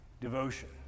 devotion